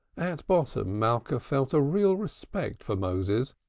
at bottom, malka felt a real respect for moses,